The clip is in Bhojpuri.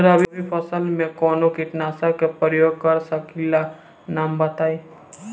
रबी फसल में कवनो कीटनाशक के परयोग कर सकी ला नाम बताईं?